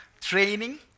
training